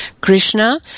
Krishna